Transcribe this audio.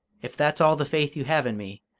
if that's all the faith you have in me,